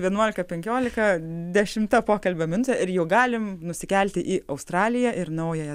vienuolika penkiolika dešimta pokalbio minutė ir jau galim nusikelti į australiją ir naująją